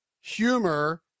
humor